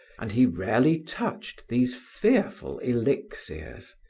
and he rarely touched these fearful elixirs,